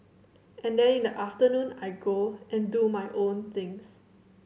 and then in the afternoon I go and do my own things